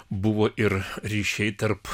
buvo ir ryšiai tarp